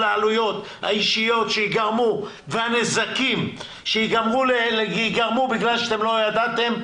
העלויות האישיות שייגרמו והנזקים שייגרמו בגלל שאתם לא ידעתם?